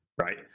right